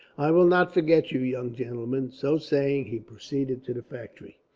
i will not forget you, young gentlemen. so saying, he proceeded to the factory.